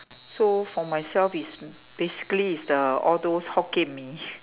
so for myself it's basically it's the all those Hokkien Mee